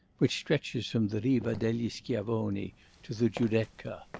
which stretches from the riva del schiavoni to the giudecca.